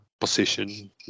position